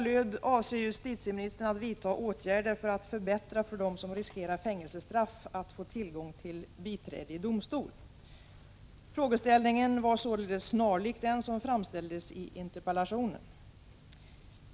möjligheterna för dem som riskerar fängelsestraff att få tillgång till biträde i domstol?” Frågan var således snarlik den som framställdes i interpellationen.